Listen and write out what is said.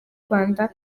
rwanda